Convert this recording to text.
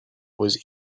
was